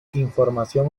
información